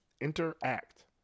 Interact